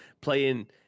playing